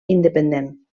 independent